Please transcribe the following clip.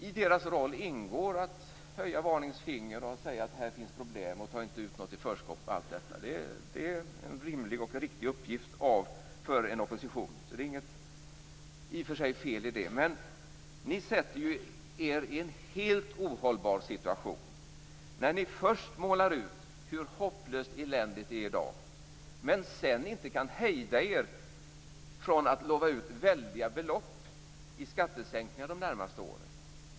I dess roll ingår att höja ett varningens finger och säga att det finns problem och att man inte skall ta ut något i förskott. Det är en rimlig och riktig uppgift för en opposition. Det är i och för sig inget fel i det. Men ni sätter er i en helt ohållbar situation när ni först målar upp hur hopplöst eländigt det är i dag men sedan inte kan hejda er från att utlova skattesänkningar på väldiga belopp de närmaste åren.